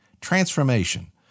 Transformation